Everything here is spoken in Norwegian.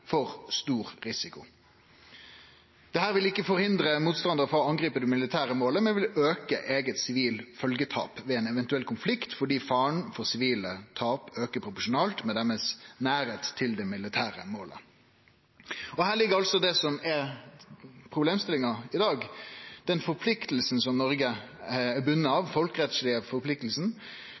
for stor risiko. Dette vil ikkje hindre motstandarar frå å angripe det militære målet, men vil auke eige sivilt følgjetap ved ein eventuell konflikt, fordi faren for sivile tap aukar proporsjonalt med nærleiken til dei militære måla. Her ligg altså det som er problemstillinga i dag: den forpliktinga Noreg er bunden av,